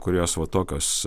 kurios va tokios